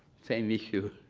same issue.